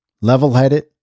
level-headed